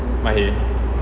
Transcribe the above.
mahim